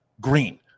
green